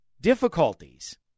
difficulties